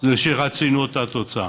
זה שרצינו את אותה תוצאה.